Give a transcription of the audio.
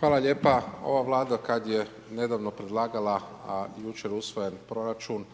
Hvala lijepo ova vlada, kada je nedavno predlagala a jučer usvojen proračun,